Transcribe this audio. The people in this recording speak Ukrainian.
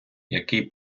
який